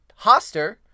Hoster—